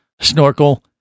snorkel